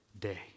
day